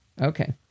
Okay